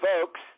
folks